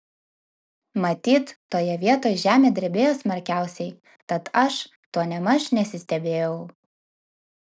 matyt toje vietoj žemė drebėjo smarkiausiai tad aš tuo nėmaž nesistebėjau